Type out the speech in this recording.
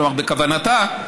כלומר בכוונתה,